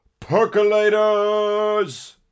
Percolators